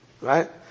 right